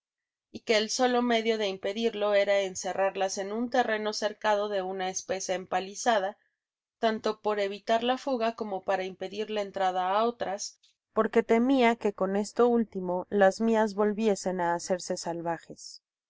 y que el solo medio de impedirlo era encerrarlas en un terreno cercado de ana espesa empalizada tanto por evitar la fuga como para impedir la entrada á otras porque temia qne con esto último las mías volviesen á hacerse salvajes